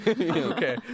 Okay